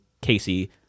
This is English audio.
casey